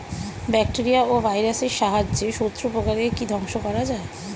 Bacteria ও ভাইরাসের সাহায্যে শত্রু পোকাকে কি ধ্বংস করা যায়?